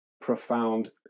profound